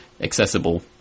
accessible